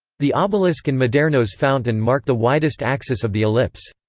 the obelisk and maderno's fountain mark the widest axis of the ellipse.